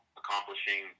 accomplishing